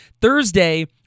Thursday